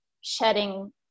shedding